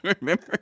remember